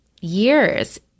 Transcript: years